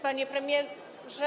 Panie Premierze!